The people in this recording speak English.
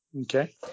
Okay